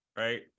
Right